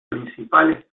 principales